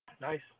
Nice